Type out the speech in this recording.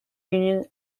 union